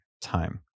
time